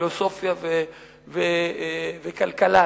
פילוסופיה וכלכלה,